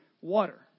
water